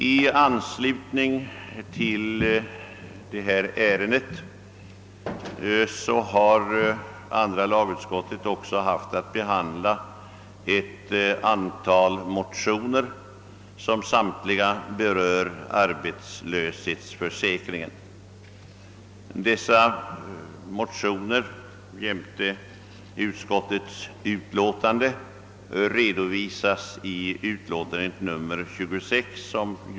I anslutning till behandlingen av propositionerna har andra lagutskottet också haft att behandla ett antal motioner som rör arbetslöshetsförsäkringen, vilka motioner redovisas i andra lagutskottets utlåtande nr 26.